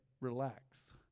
Relax